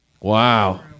Wow